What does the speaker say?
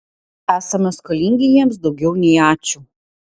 esame skolingi jiems daugiau nei ačiū